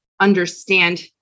understand